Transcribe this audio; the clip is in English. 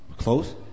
Close